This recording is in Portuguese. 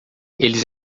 eles